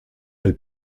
elle